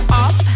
up